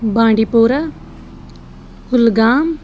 بانڈی پورہ کُلگام